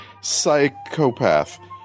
psychopath